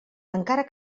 encara